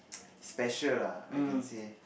special lah I can say